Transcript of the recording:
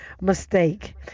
mistake